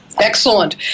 Excellent